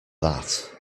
that